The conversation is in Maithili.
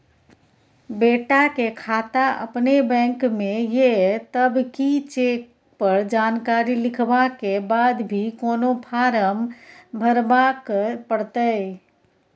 बेटा के खाता अपने बैंक में ये तब की चेक पर जानकारी लिखवा के बाद भी कोनो फारम भरबाक परतै?